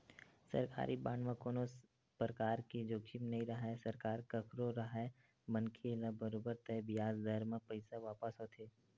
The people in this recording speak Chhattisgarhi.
सरकारी बांड म कोनो परकार के जोखिम नइ राहय सरकार कखरो राहय मनखे ल बरोबर तय बियाज दर म पइसा वापस होथे